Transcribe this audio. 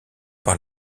par